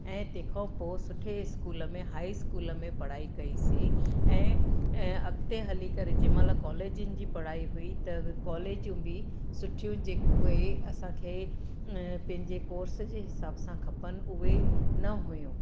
ऐं तंहिंखां पोइ सुठे स्कूल में हाइ स्कूल में पढ़ाई कईसीं ऐं अॻिते हली करे जंहिं महिल कॉलेजनि जी पढ़ाई हुई त कॉलेजूं बि सुठियूं जेको आहे असांखे पंहिंजे कोर्स जे हिसाब सां खपनि उहे न हुयूं